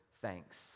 thanks